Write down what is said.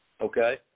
Okay